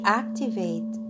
activate